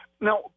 now